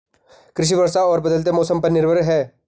कृषि वर्षा और बदलते मौसम पर निर्भर है